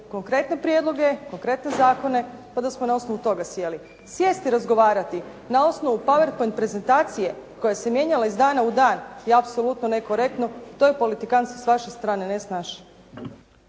konkretne prijedloge, konkretne zakona pa da smo na osnovu toga sjeli. Sjesti i razgovarati na osnovu power point prezentacije koja se mijenjala iz dana u dan, je apsolutno nekorektno. To je politikanstvo s vaše stranek, ne s naše.